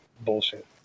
bullshit